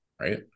Right